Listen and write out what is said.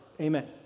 amen